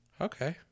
Okay